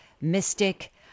mystic